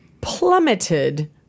plummeted